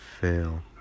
fail